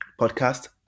podcast